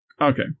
Okay